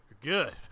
good